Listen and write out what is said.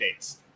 updates